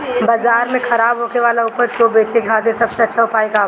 बाजार में खराब होखे वाला उपज को बेचे के खातिर सबसे अच्छा उपाय का बा?